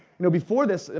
know, before this,